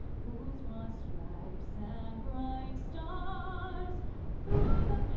whose broad stripes and bright stars through the